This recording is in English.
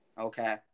Okay